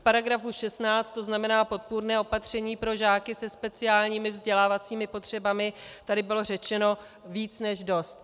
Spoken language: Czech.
K § 16, to znamená podpůrné opatření pro žáky se speciálními vzdělávacími potřebami, tady bylo řečeno víc než dost.